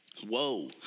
Whoa